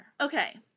Okay